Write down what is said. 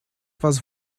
was